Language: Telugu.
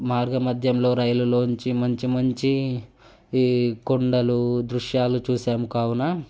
మార్గమధ్యలో రైలులో నుంచి మంచి మంచి ఈ కొండలు దృశ్యాలు చూసాము కావున